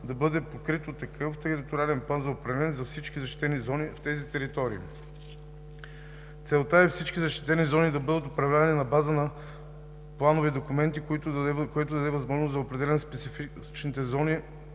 да бъде покрит от такъв териториален план за управление за всички защитени зони в тези територии. Целта е всички защитени зони да бъдат управлявани на база на планови документи, което да даде възможност да се определят специфичните за